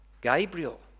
Gabriel